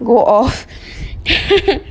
go off